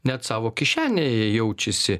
net savo kišenėje jaučiasi